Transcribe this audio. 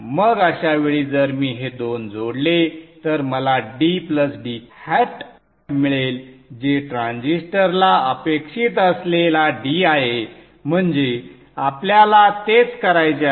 मग अशा वेळी जर मी हे दोन जोडले तर मला d d मिळेल जे ट्रान्झिस्टरला अपेक्षित असलेला d आहे म्हणजे आपल्याला तेच करायचे आहे